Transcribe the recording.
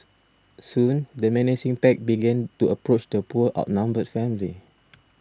soon the menacing pack began to approach the poor outnumbered family